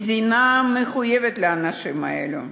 המדינה מחויבת לאנשים האלה.